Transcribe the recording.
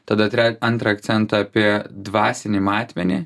tada tre antrą akcentą apie dvasinį matmenį